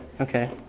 Okay